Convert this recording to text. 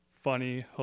funny